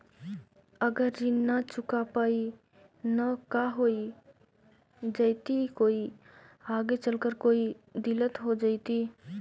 अगर ऋण न चुका पाई न का हो जयती, कोई आगे चलकर कोई दिलत हो जयती?